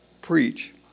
preach